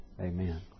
Amen